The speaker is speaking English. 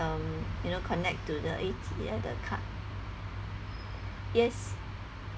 um you know connect to the A_T uh the card yes